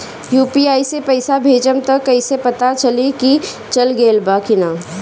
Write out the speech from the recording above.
UPI से पइसा भेजम त कइसे पता चलि की चल गेल बा की न?